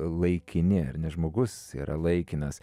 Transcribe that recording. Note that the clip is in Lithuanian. laikini ar ne žmogus yra laikinas